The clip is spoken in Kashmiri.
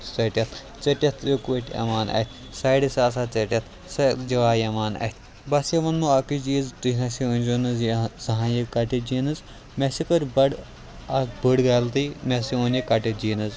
ژٔٹِتھ ژٔٹِتھ ٲں یِوان اَتھہِ سایڈَس آسان ژٔٹِتھ سۄ جاے یِوان اَتھہِ بہٕ ہسا وَنہو اَکُے چیٖز تُہۍ نَہ سا أنۍ زیٚو نہٕ یہِ زانٛہہ یہِ کَٹِڈ جیٖنٕز مےٚ ہَسا کٔر بَڑٕ اکھ بٔڑ غلطی مےٚ ہَسا اوٚن یہِ کَٹِڈ جیٖنٕز